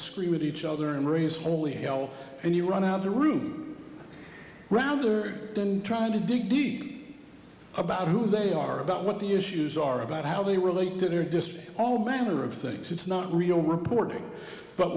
scream at each other and raise holy hell and you run out of the room rather than trying to dig deep about who they are about what the issues are about how they relate to their district all manner of things it's not real reporting but